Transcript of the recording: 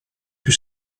più